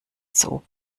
zog